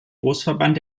großverband